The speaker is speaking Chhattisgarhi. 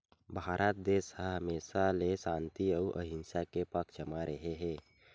भारत देस ह हमेसा ले सांति अउ अहिंसा के पक्छ म रेहे हे